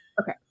okay